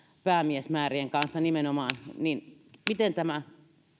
päämiesmäärien kanssa nimenomaan niin miten tämä